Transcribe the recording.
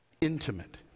intimate